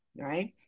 right